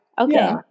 Okay